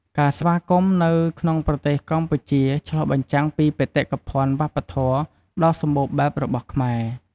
ការស្វាគមន៍នៅក្នុងប្រទេសកម្ពុជា ឆ្លុះបញ្ចាំងពីបេតិកភណ្ឌវប្បធម៌ដ៏សម្បូរបែបរបស់ខ្មែរ។